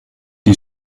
die